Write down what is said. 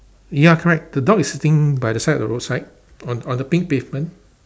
ya correct the dog is sitting by the side of the roadside on on the pink pavement